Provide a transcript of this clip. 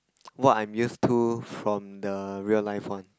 what I'm used to from the real life one